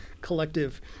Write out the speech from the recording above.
collective